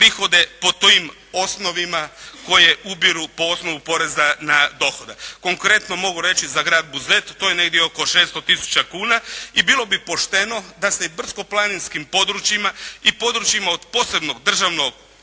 prihode po tim osnovama koje ubiru po osnovu poreza na dohodak. Konkretno mogu reći za grad Buzet to je negdje oko 600 tisuća kuna i bilo bi pošteno da se i brdsko-planinskim područjima i područjima od posebnog državnog